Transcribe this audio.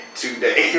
today